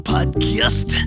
Podcast